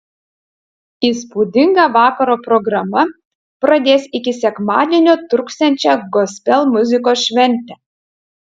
įspūdinga vakaro programa pradės iki sekmadienio truksiančią gospel muzikos šventę